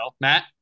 Matt